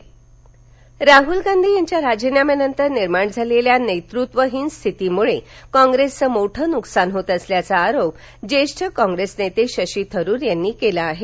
शशी थरूर राहूल गांधी यांच्या राजीनाम्यानंतर निर्माण झालेल्या नेतृत्वहीन स्थितीमुळे कॉग्रेसचं मोठं नुकसान होत असल्याचा आरोप ज्येष्ठ कॉप्रेस नेते शशी थरूर यांनी केला आहे